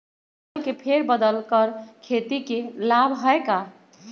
फसल के फेर बदल कर खेती के लाभ है का?